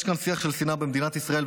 יש שיח של שנאה במדינת ישראל,